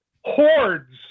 hordes